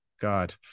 God